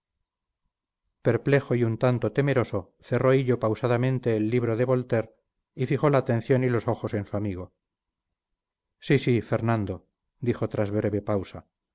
perplejo y un tanto temeroso cerró hillo pausadamente el libro de voltaire y fijó la atención y los ojos en su amigo sí sí fernando dijo tras breve pausa